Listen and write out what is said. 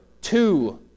two